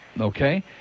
Okay